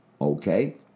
okay